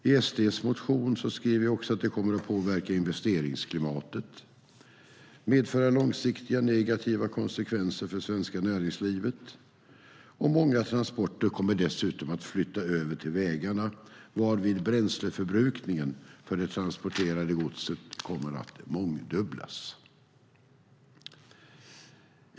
I SD:s motion skriver vi att det också kommer att påverka investeringsklimatet, medföra långsiktiga negativa konsekvenser för det svenska näringslivet, och många transporter kommer dessutom att flyttas över till vägarna, varvid bränsleförbrukningen för det transporterade godset kommer att mångdubblas.